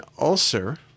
ulcer